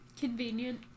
Convenient